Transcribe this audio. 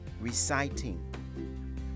reciting